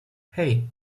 hey